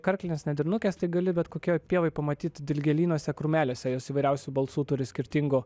karklinės nendrinukės tai gali bet kokioj pievoj pamatyt dilgėlynuose krūmeliuose jos įvairiausių balsų turi skirtingų